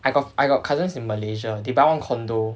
I got I got cousins in malaysia they buy one condo